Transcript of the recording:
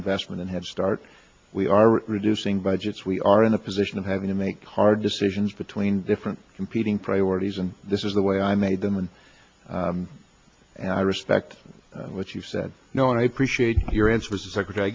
investment in head start we are reducing budgets we are in a position of having to make hard decisions between different competing priorities and this is the way i made them and and i respect what you said no and i appreciate your answer secretary